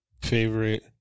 favorite